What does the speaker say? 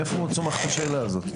מאיפה צומחת השאלה הזו.